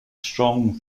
strong